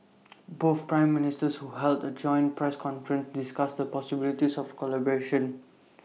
both Prime Ministers who heard A joint press conference discussed the possibilities of collaboration